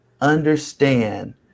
understand